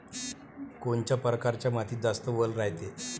कोनच्या परकारच्या मातीत जास्त वल रायते?